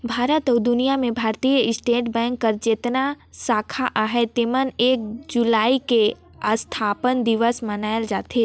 भारत अउ दुनियां में भारतीय स्टेट बेंक कर जेतना साखा अहे तेमन में एक जुलाई के असथापना दिवस मनाल जाथे